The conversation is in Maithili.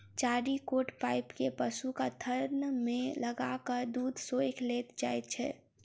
चारि गोट पाइप के पशुक थन मे लगा क दूध सोइख लेल जाइत छै